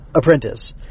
apprentice